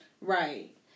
Right